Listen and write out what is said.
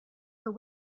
for